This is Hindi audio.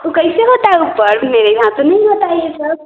वह कैसे होता है वह पर्व में यहाँ तो नहीं होता यह सब